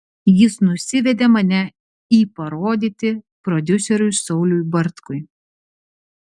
jis nusivedė mane į parodyti prodiuseriui sauliui bartkui